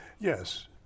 Yes